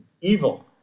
evil